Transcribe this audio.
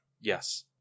Yes